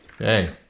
Okay